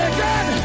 Again